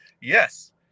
yes